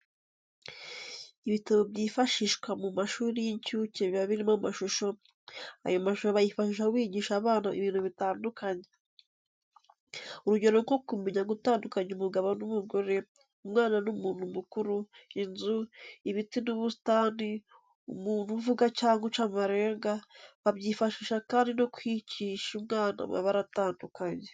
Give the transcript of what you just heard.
Ibitabo byifashishwa mu mashuli y'incucye biba birimo amashusho , ayo mashusho bayifashisha bigisha abana ibintu bitandukanye. Urugero nko kumenya gutandukanya umugabo n'umugore, umwana n'umuntu mukuru, inzu, ibiti n'ubusitani ,umuntu uvuga cyangwa uca amarenga , babyifashisha kandi no kwigisha umwana amabara atandukanye.